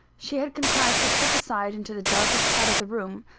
she had contrived to slip aside into the darkest part of the room,